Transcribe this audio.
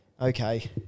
Okay